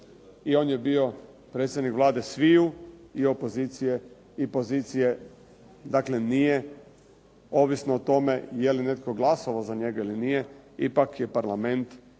i on je bio predsjednik Vlade sviju, i opozicije i pozicije. Dakle, nije ovisno o tome je li netko glasovao za njega ili nije, ipak je parlament